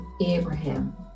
Abraham